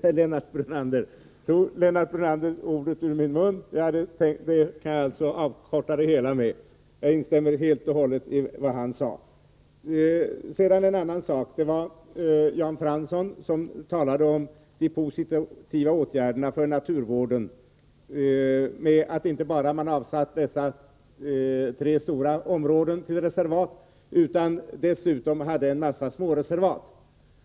Fru talman! När det gäller det senast anförda tog Lennart Brunander ordet ur min mun. Jag kan alltså avkorta min replik i detta avseende och helt och hållet instämma i vad han sade. Sedan en annan sak. Jan Fransson talade om de positiva åtgärderna för naturvården — att man inte bara hade avsatt dessa tre stora områden till reservat utan dessutom hade en massa småreservat.